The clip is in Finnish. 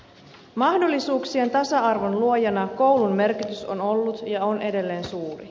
mahdollisuuksien tasa arvon luojana koulun merkitys on ollut ja on edelleen suuri